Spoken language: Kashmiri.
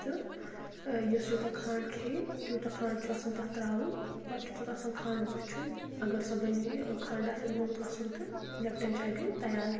تہٕ ٲں یُس یوٗتاہ کھنٛڈ کھیٚیہِ تیٛوٗتاہ کھنٛڈ چھُ آسان تتھ ترٛاوُن پتہٕ چھُ تتھ آسان کھنٛڈ وُچھُن اگر سۄ بَنے ٲں کھنٛڈ آسیٚس گوٚمُت اصٕل تہٕ لیٚپٹن چاے گٔے تیار